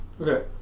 Okay